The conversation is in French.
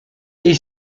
est